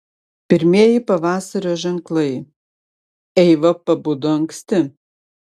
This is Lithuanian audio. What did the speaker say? pirmieji pavasario ženklai eiva pabudo anksti